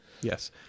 Yes